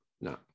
no